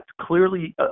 clearly